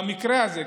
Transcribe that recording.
במקרה הזה,